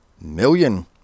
million